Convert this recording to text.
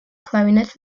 clarinet